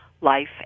life